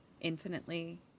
infinitely